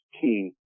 key